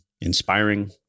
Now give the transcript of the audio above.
inspiring